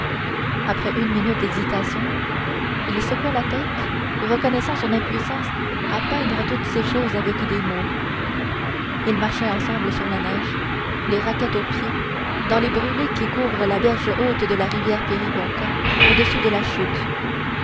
après une minute d'hésitation il secoua la tête reconnaissant son impuissance à peindre toutes ces choses avec des mots ils marchaient ensemble sur la neige les raquettes aux pieds dans les brûlés qui couvrent la berge haute de la rivière péribonka au-dessus de la chute